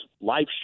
life